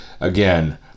Again